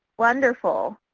wonderful.